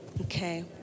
okay